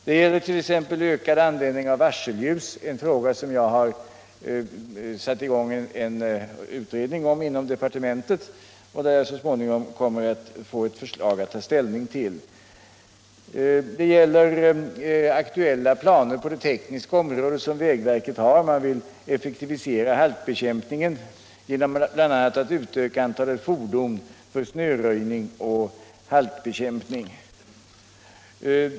Det gäller t.ex. också ökad användning av varselljus — en fråga som jag inom departementet har satt i gång en utredning om och så småningom kommer att få förslag att ta ställning till. Likaså gäller det aktuella planer som vägverket har på det tekniska området; man vill effektivisera halkbekämpningen bl.a. genom att utöka antalet fordon för snöröjning och halkbekämpning.